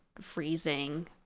freezing